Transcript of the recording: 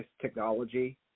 technology